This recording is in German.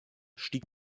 stieg